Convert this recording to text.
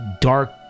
dark